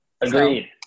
Agreed